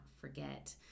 forget